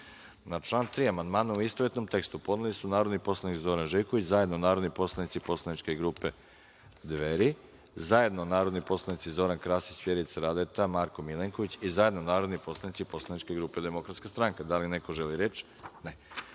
član 3. amandmane u istovetnom tekstu, podneli su narodni poslanik Zoran Živković, zajedno narodni poslanici poslaničke grupe Dveri, zajedno narodni poslanici Zoran Krasić, Vjerica Radeta, Marko Milenković i zajedno narodni poslanici poslaničke grupe DS.Da li neko želi reč?